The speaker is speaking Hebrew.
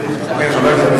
כן, חבר הכנסת נסים זאב.